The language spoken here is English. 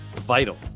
vital